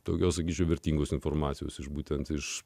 daugiau sakyčiau vertingos informacijos iš būtent iš